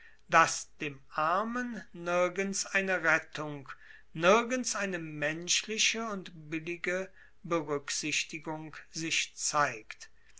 dass dem armen nirgends eine rettung nirgends eine menschliche und billige beruecksichtigung sich zeigt